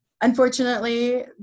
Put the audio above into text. unfortunately